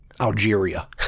Algeria